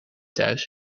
thuis